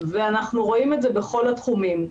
ואנחנו רואים את זה בכל התחומים.